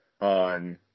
on